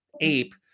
ape